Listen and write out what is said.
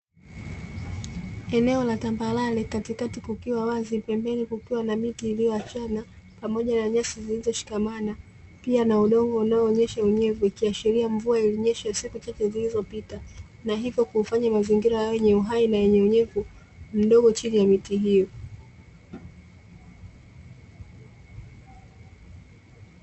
Eneo la tambarare katikati kukiwa wazi pembeni kukiwa na miti iliyoachana, pamoja na nyasi zilizoshikamana, pia na udongo unaoonyesha unyevu, ikiashiria mvua ilionyesha siku chache zilizopita na hivyo kufanya mazingira yawe yenye uhai, na yenye unyevu mdogo chini ya miti hiyo.